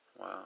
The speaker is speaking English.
Wow